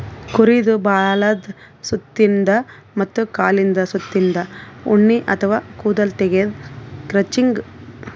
ಕುರಿದ್ ಬಾಲದ್ ಸುತ್ತಿನ್ದ ಮತ್ತ್ ಕಾಲಿಂದ್ ಸುತ್ತಿನ್ದ ಉಣ್ಣಿ ಅಥವಾ ಕೂದಲ್ ತೆಗ್ಯದೆ ಕ್ರಚಿಂಗ್